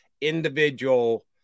individual